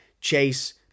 chase